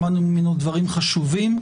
שמענו ממנו דברים חשובים.